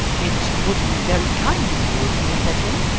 it would be very kind of you if you would let him,